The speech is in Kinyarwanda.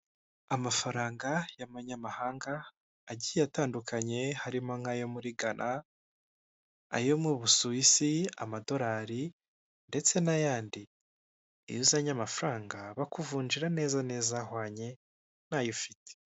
Amafaranga y'amanyamahanga agiye atandukanye harimo nk'ayo muri Ghana ayo mu Busuwisi amadolari ndetse n'ayandi, iyo uzanye amafaranga bakuvunjira neza neza ahahwanye n'ayo ufite.